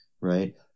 Right